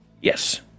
Yes